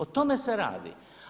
O tome se radi.